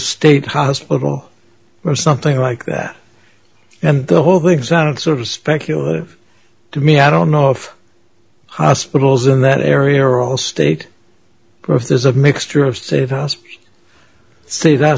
state hospital or something like that and the whole thing sounds sort of speculative to me i don't know if hospitals in that area are all state or if there's a mixture of safe houses say that